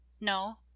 No